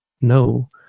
no